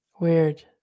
Weird